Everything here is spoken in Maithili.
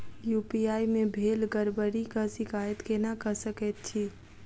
यु.पी.आई मे भेल गड़बड़ीक शिकायत केना कऽ सकैत छी?